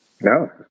No